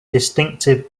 distinctive